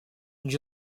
lui